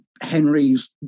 Henry's